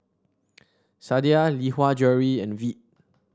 Sadia Lee Hwa Jewellery and Veet